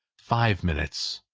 five minutes,